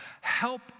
Help